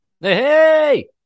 hey